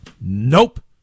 Nope